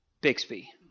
Bixby